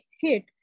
hit